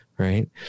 Right